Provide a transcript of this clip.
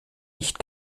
nicht